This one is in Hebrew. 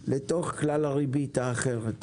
לכלל הריבית האחרת.